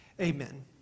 amen